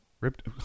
ripped